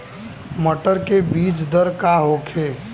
मटर के बीज दर का होखे?